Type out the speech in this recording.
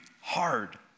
hard